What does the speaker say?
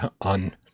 on